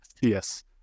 Yes